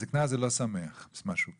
הזקנה זה לא שמח, משהו כזה,